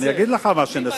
אני אגיד לך מה שנעשה,